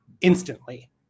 instantly